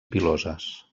piloses